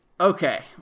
Okay